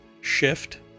shift